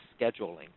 scheduling